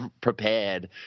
prepared